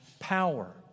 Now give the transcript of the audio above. power